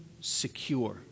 secure